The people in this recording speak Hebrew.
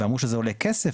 ואמרו שזה עולה כסף,